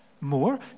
more